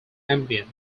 ambient